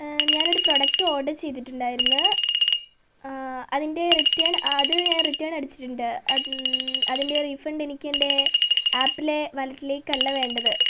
ഞാൻ ഒരു product order ചെയ്തിട്ടുണ്ടായിരുന്നു അതിൻ്റെ റിട്ടേൺ അത് ഞാൻ റിട്ടേൺ അടിച്ചിട്ടുണ്ട് അതിൻ്റെ റീഫണ്ട് എനിക്ക് എൻ്റെ ആപ്പിലെ വാലറ്റിലേക്കല്ല വേണ്ടത്